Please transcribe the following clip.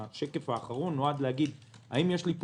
השקף האחרון נועד להגיד האם יש לי פה